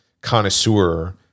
connoisseur